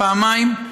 פעמיים.